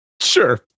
sure